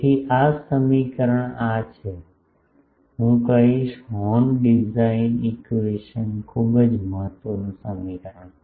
તેથી આ સમીકરણ આ છે હું કહીશ હોર્ન ડિઝાઇન ઇક્વેશન ખૂબ મહત્વનું સમીકરણ